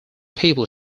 people